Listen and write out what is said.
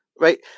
right